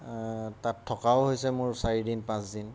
তাত থকাও হৈছে মোৰ চাৰিদিন পাঁচদিন